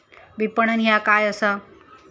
विपणन ह्या काय असा?